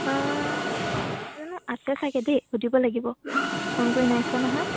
অঁ জানো আছে চাগে দেই সুধিব লাগিব ফোন কৰি নাইছোৱা নহয়